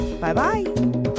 Bye-bye